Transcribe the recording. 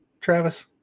Travis